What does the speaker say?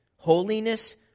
Holiness